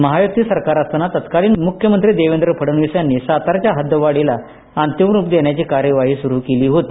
महायुती सरकार असताना तत्कालीन मुख्यमंत्री देवेंद्र फडणवीस यांनी सातारच्या हद्दवाढीला अंतीम रुप देण्याची कार्यवाही सुरु केली होती